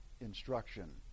instruction